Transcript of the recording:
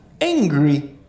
angry